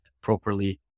properly